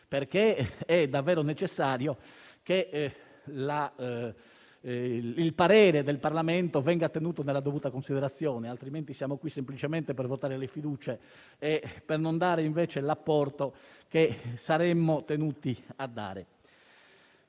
qui. È davvero necessario, infatti, che il parere del Parlamento venga tenuto nella dovuta considerazione, altrimenti siamo qui semplicemente per votare le fiducie e non per dare invece l'apporto che saremmo tenuti a dare.